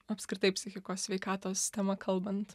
apskritai psichikos sveikatos tema kalbant